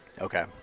Okay